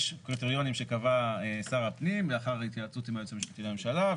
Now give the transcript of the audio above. יש קריטריונים שקבע שר הפנים לאחר התייעצות עם היועץ המשפטי לממשלה,